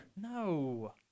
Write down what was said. No